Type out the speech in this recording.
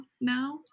now